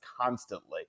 constantly